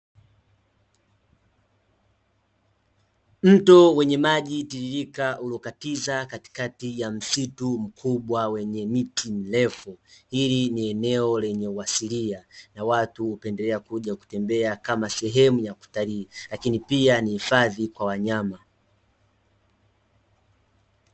Mto wenye maji tiririka uliokatiza katikati ya msitu mkubwa wenye miti mirefu, hili ni eneo lenye uasilia na watu hupendelea kuja kutembelea kama sehemu ya kutalii, lakini pia ni hifadhi kwa wanyama.